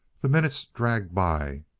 the minutes dragged by,